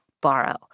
borrow